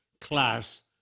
class